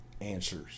answers